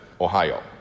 Ohio